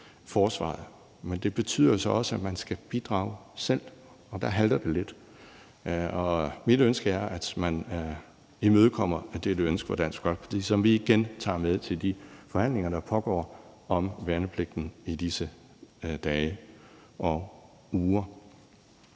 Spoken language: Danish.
forsvaret, men det betyder så også, at man skal bidrage selv, og der halter det lidt. Mit ønske er, at man imødekommer dette ønske fra Dansk Folkepartis side, som vi igen tager med til de forhandlinger, der pågår om værnepligten i disse dage og uger.